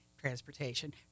transportation